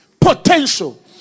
potential